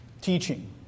Teaching